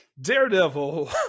Daredevil